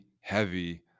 heavy